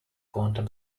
quantum